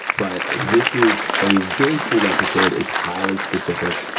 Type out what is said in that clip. but this is a very cool episode. it's highly specific,